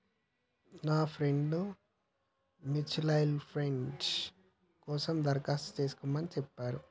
నా friend mutual fund కోసం దరఖాస్తు చేస్కోమని చెప్పిర్రు